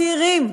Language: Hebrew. צעירים,